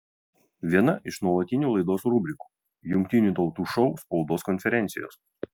viena iš nuolatinių laidos rubrikų jungtinių tautų šou spaudos konferencijos